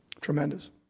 tremendous